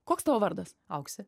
koks tavo vardas auksė